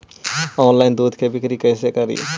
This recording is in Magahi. ऑनलाइन दुध के बिक्री कैसे करि?